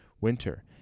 Winter